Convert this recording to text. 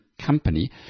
company